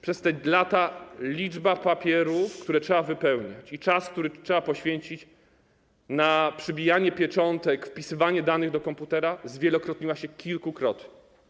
Przez te lata liczba papierów, które trzeba wypełnić, i czas, który trzeba poświęcić na przybijanie pieczątek, wpisywanie danych do komputera, zwielokrotniły się kilkukrotnie.